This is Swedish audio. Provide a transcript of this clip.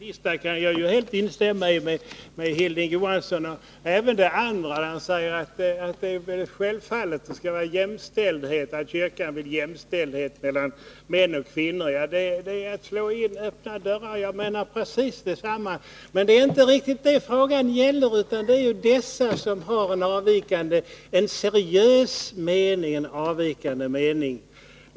Herr talman! Det senaste som Hilding Johansson sade kan jag helt instämma i. Detsamma gäller när han säger att det inom kyrkan självfallet skall vara jämställdhet mellan män och kvinnor. Här slår Hilding Johansson in öppna dörrar, eftersom jag ju menar precis detsamma som han. Men det är inte riktigt det frågan gäller. Det gäller ju dem som har en seriös, avvikande mening.